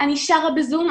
אני שרה בזום,